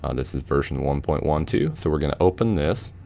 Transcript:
um this is version one point one two, so we're gonna open this,